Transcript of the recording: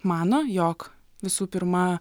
mano jog visų pirma